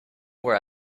where